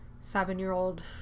seven-year-old